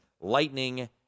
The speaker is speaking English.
Lightning